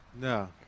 No